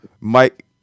Mike